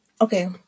Okay